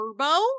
Turbo